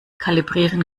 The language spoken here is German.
kalibrieren